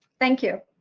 thank you.